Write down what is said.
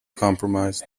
compromised